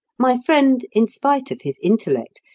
my friend, in spite of his intellect,